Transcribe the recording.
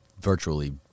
virtually